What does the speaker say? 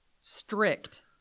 strict